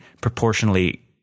proportionally